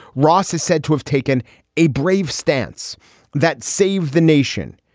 ross is said to have taken a brave stance that saved the nation.